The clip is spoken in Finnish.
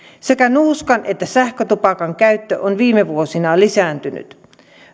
sekä nuuskan että sähkötupakan käyttö on viime vuosina lisääntynyt